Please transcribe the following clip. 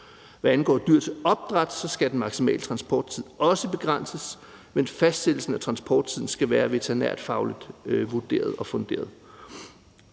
Hvad angår dyr til opdræt, skal den maksimale transporttid også begrænses, men fastsættelsen af transporttiden skal være veterinærfagligt vurderet og funderet.